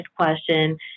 question